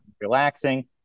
relaxing